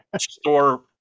store